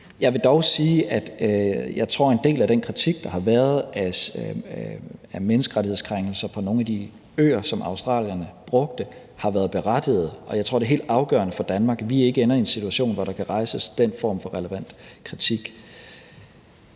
Jeg vil dog sige, at jeg tror, en del af den kritik, der har været, af menneskerettighedskrænkelser på nogle af de øer, som australierne brugte, har været berettiget, og jeg tror, det er helt afgørende for Danmark, at vi ikke ender i en situation, hvor der kan rejses den form for relevant kritik.